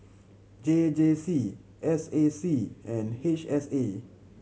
J J C S A C and H S A